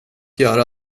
göra